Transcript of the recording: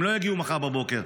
הם לא יגיעו מחר בבוקר.